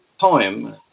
poem